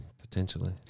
potentially